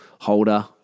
holder